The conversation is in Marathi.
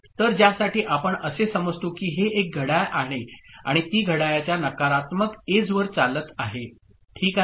तर ज्यासाठी आपण असे समजतो की ही एक घड्याळ आहे आणि ती घड्याळाच्या नकारात्मक एजवर चालत आहे ठीक आहे